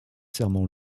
serment